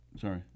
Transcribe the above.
Sorry